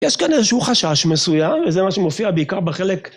יש כאן איזשהו חשש מסוים, וזה מה שמופיע בעיקר בחלק...